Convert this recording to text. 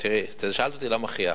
שאלת אותי למה חייכתי.